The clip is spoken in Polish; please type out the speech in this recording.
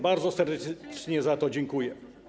Bardzo serdecznie za to dziękuję.